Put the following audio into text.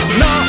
no